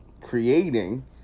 creating